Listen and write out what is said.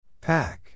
Pack